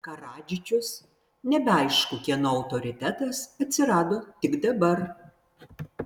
karadžičius nebeaišku kieno autoritetas atsirado tik dabar